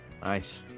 nice